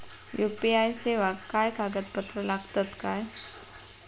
UPI सेवाक काय कागदपत्र लागतत काय?